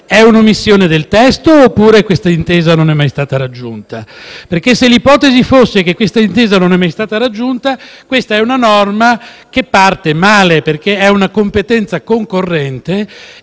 di un'omissione del testo oppure questa intesa non è mai stata raggiunta? Se l'ipotesi fosse che questa intesa non è mai stata raggiunta, si tratterebbe di una norma che parte male, perché è una competenza concorrente,